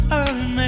early